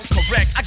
Correct